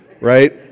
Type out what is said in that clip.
right